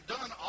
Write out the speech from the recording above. done